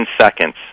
seconds